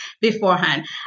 beforehand